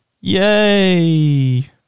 Yay